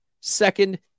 Second